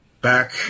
Back